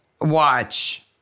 watch